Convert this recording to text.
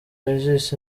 regis